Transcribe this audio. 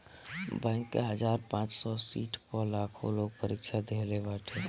bank के हजार पांच सौ सीट पअ लाखो लोग परीक्षा देहले बाटे